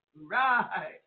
Right